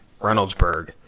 Reynoldsburg